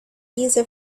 giza